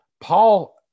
Paul